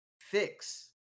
fix